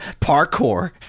Parkour